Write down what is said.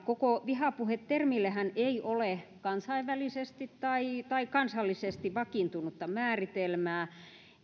koko vihapuhe termillehän ei ole kansainvälisesti tai tai kansallisesti vakiintunutta määritelmää